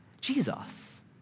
Jesus